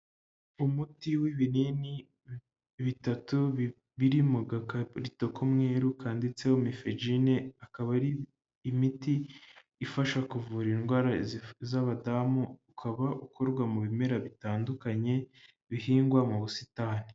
Umuti w'ibinini bitatu biri mu gakarito k'umweru kanditseho mifejine, akaba ari imiti ifasha kuvura indwara z'abadamu, ukaba ukorwa mu bimera bitandukanye bihingwa mu busitani.